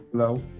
Hello